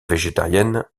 végétarienne